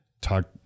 Talk